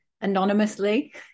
anonymously